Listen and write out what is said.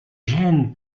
gènes